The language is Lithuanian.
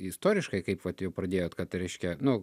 istoriškai kaip vat jau pradėjot kad reiškia nu